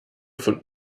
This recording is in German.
von